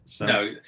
No